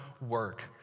work